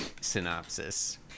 synopsis